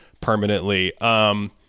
permanently